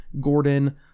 Gordon